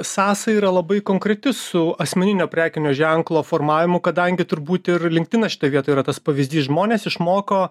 sąsaja yra labai konkreti su asmeninio prekinio ženklo formavimu kadangi turbūt ir linktinas šitoj vietoj yra tas pavyzdys žmonės išmoko